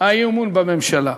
האי-אמון בממשלה.